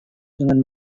dengan